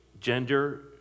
gender